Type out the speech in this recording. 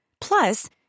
Plus